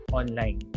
online